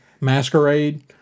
Masquerade